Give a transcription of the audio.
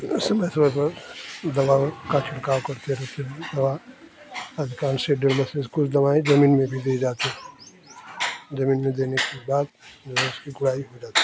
उसमें दवा का छिड़काव करते रहते है दवा अधिकांश से डेलीसिस से कुछ दवाइयाँ जमीन में भी दी जाती हैं जमीन में देने के बाद उसकी गुड़ाई हो जाती है